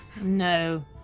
No